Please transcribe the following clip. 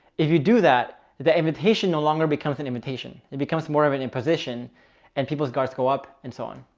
if you do that, the invitation no longer becomes an invitation. it becomes more of an imposition and people's guards go up and so on.